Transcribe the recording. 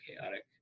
chaotic